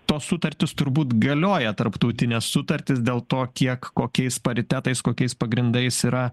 tos sutartis turbūt galioja tarptautines sutartis dėl to kiek kokiais paritetais kokiais pagrindais yra